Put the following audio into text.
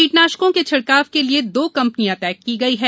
कीटनाशकों के छिड़काव के लिए दो कम्पनियां तय की गई हैं